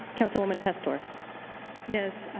councilwoman pastor yes,